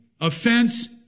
offense